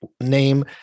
name